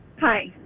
Hi